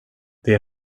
det